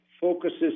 focuses